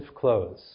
clothes